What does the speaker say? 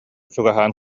чугаһаан